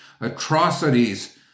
atrocities